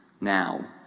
now